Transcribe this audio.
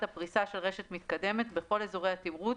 הפריסה של רשת מתקדמת בכל אזורי התמרוץ